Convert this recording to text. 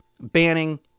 banning